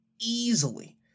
easily